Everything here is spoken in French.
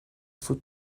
faut